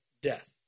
death